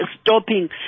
stopping